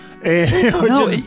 No